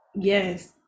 Yes